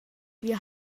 wir